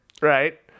right